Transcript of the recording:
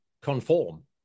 conform